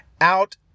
out